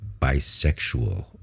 bisexual